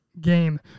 game